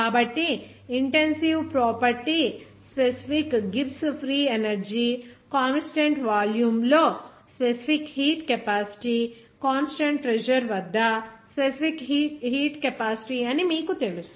కాబట్టి intensive property specific Gibbs free energy constant volume లో specific heat capacity constant pressure వద్ద specific heat capacity అని మీకు తెలుసు